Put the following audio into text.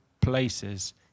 places